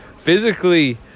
physically